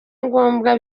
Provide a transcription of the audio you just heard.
ngombwa